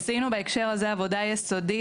עשינו בהקשר הזה עבודה יסודית.